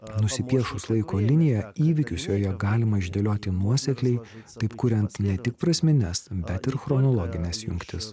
nusipiešus laiko liniją įvykius joje galima išdėlioti nuosekliai taip kuriant ne tik prasmines bet ir chronologines jungtis